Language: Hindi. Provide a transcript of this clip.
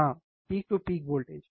हाँ पीक टू पीक वोल्टेज